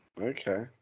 Okay